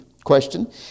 question